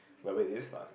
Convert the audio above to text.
whatever it is lah